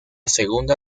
segunda